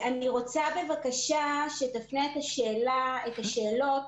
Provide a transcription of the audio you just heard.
רק שהוא לא מוזכר --- הצלע השלישית.